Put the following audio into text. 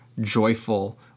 joyful